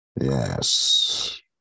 Yes